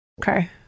Okay